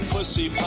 Pussy